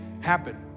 happen